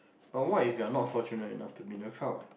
but what if you are not fortunate enough to be in a crowd